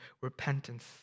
repentance